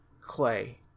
clay